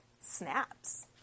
snaps